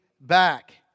back